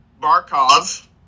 Barkov